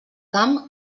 camp